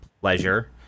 pleasure